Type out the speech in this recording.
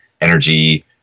energy